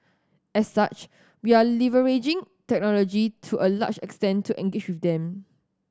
as such we are leveraging technology to a large extent to engage with them